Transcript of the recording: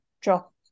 drop